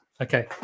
Okay